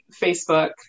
Facebook